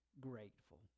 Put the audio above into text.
grateful